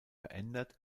verändert